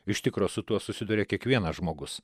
iš tikro su tuo susiduria kiekvienas žmogus